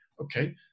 okay